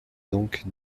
donc